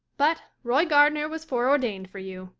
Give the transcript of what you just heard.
but roy gardner was foreordained for you.